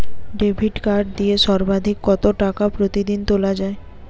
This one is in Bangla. ডেবিট কার্ড দিয়ে সর্বাধিক কত টাকা প্রতিদিন তোলা য়ায়?